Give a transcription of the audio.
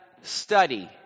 study